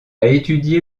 étudié